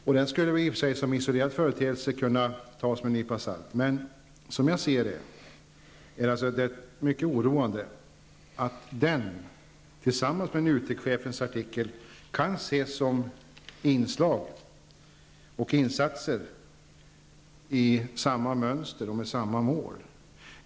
Den skulle kunna tas med en nypa salt som isolerad företeelse, men det är mycket oroande att den tillsammans med NUTEK-chefens artikel kan ses som inslag i samma mönster och insatser med samma mål.